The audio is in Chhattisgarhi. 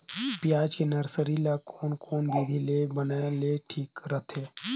पियाज के नर्सरी ला कोन कोन विधि ले बनाय ले ठीक रथे?